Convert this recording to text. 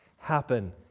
happen